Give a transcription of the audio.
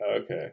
Okay